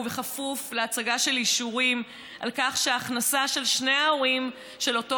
ובכפוף להצגה של אישורים על כך שההכנסה של שני ההורים של אותו